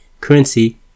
Currency